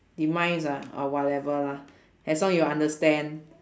demise ah ah whatever lah as long you understand